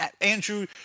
Andrew